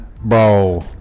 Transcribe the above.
Bro